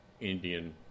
Indian